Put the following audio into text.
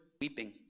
Weeping